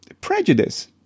prejudice